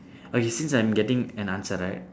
okay since I'm getting an answer right